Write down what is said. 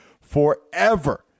forever